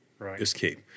escape